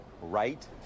right